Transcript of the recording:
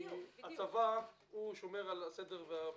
כי הצבא שומר על הסדר והביטחון.